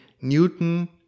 Newton